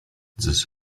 just